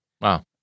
Wow